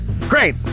great